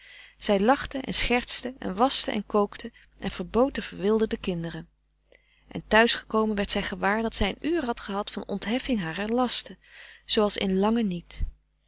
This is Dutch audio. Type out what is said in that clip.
zij lachte en schertste en waschte en kookte en verbood de verwilderde kinderen en thuis gekomen werd zij gewaar dat zij een uur had gehad van ontheffing harer lasten zooals in lange niet